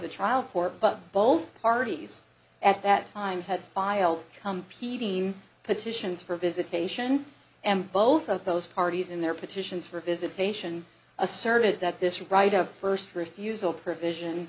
the trial court but both parties at that time had filed come p d petitions for visitation and both of those parties in their petitions for visitation asserted that this right of first refusal provision